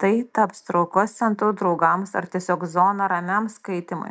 tai taps traukos centru draugams ar tiesiog zona ramiam skaitymui